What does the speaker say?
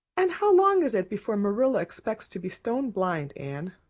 and how long is it before marilla expects to be stone blind, anne?